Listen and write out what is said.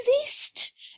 exist